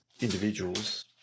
individuals